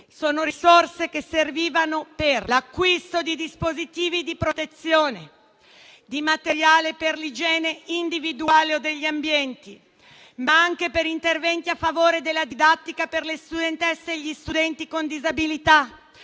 di risorse che servivano per l'acquisto di dispositivi di protezione, di materiale per l'igiene individuale o degli ambienti, ma anche per interventi a favore della didattica per le studentesse e gli studenti con disabilità,